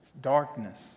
Darkness